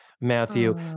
Matthew